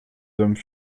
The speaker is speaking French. hommes